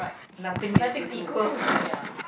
nothing is equal ya